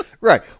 Right